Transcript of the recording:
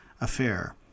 affair